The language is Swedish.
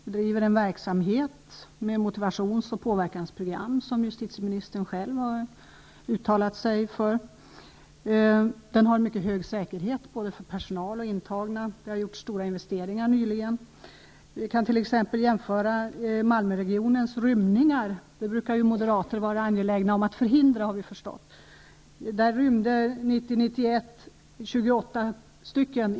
Den driver en verksamhet med motivationsoch påverkansprogram, som justitieministern själv har uttalat sig för. Den har en mycket hög säkerhet, både för personal och intagna. Det har nyligen gjorts stora investeringar. Vi kan t.ex. jämföra med Malmöregionens rymningar. Moderater brukar vara angelägna om att förhindra sådana, har vi förstått.